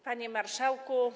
Panie Marszałku!